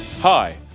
Hi